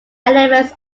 elements